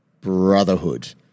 Brotherhood